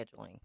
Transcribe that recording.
scheduling